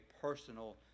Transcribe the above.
personal